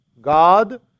God